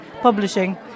Publishing